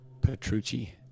Petrucci